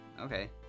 Okay